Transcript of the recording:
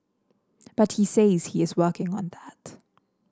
but he says he is working on that